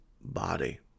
body